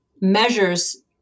measures